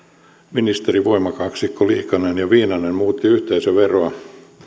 ministerivoimakaksikko liikanen ja viinanen muuttivat yhteisöveroa